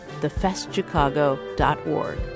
thefestchicago.org